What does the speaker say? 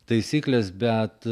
taisykles bet